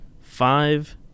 Five